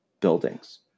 buildings